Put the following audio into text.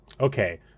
Okay